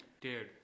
dude